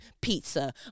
pizza